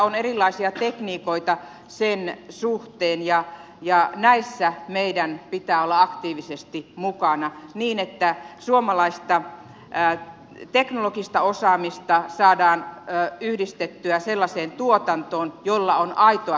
on erilaisia tekniikoita sen suhteen ja näissä meidän pitää olla aktiivisesti mukana niin että suomalaista teknologista osaamista saadaan yhdistettyä sellaiseen tuotantoon jolla on aitoa kysyntää maailmalla